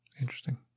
Interesting